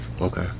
Okay